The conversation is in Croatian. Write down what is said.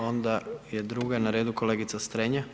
Onda je druga na redu kolegice Strenja.